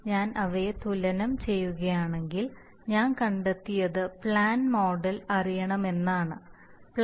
ഞാൻ അവയെ തുലനം ചെയ്യുകയാണെങ്കിൽ ഞാൻ കണ്ടെത്തിയത് പ്ലാന്റ് മോഡൽ അറിയണമെന്ന് ആണ്